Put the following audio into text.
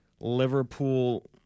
Liverpool